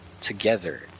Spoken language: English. together